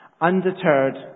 Undeterred